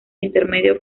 intermedio